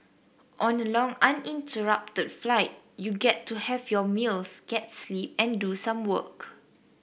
on a long uninterrupted flight you get to have your meals get sleep and do some work